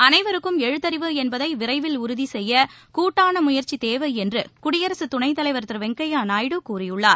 அனைவருக்கும் எழுத்தறிவு என்பதை விரைவில் உறுதி செய்ய கூட்டான முயற்சி தேவை என்று குடியரசு துணைத்தலைவர் திரு வெங்கையா நாயுடு கூறியுள்ளார்